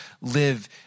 live